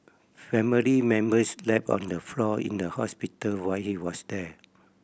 family members slept on the floor in the hospital while he was there